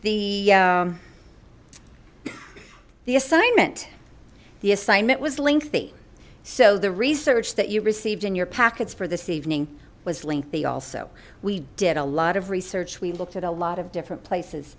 the the assignment the assignment was lengthy so the research that you received in your packets for this evening was lengthy also we did a lot of research we looked at a lot of different places